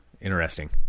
Interesting